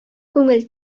күңел